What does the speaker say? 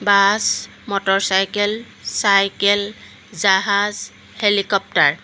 bus motorcycle cycle জাহাজ helicopter